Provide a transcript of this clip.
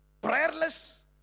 prayerless